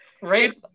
Right